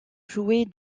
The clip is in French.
jouer